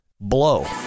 Blow